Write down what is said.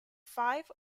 five